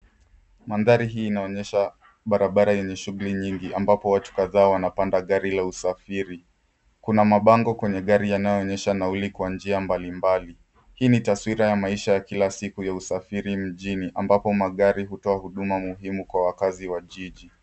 Mandhari hii inaonyesha barabara yenye shughuli nyingi ambapo watu kadhaa wanapanda gari la usafiri. Kuna mabango kwenye gari yanayoonyesha nauli kwa njia mbalimbali. Hii ni taswira ya maisha ya kila siku ya usafiri mjini ambapo magari hutoa huduma muhimu kwa wakazi wa jiji.